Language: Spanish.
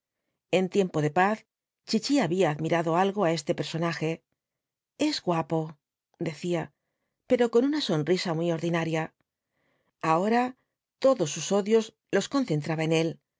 en tiempo de paz chichi había admirado algo á este personaje es guapo decía pero con una sonrisa muy ordinaria ahora todos sus odios los concentraba en él